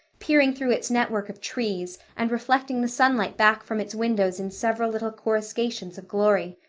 peering through its network of trees and reflecting the sunlight back from its windows in several little coruscations of glory.